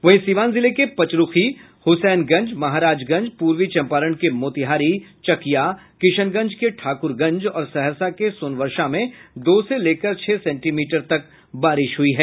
वहीं सीवान जिले के पचरूखी हसैनगंज महाराजगंज पूर्वी चंपारण के मोतिहारी चकिया किशनगंज के ठाक्रगंज और सहरसा के सोनवर्षा में दो से लेकर छह सेंटीमीटर तक बारिश हुई है